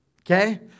okay